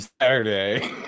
saturday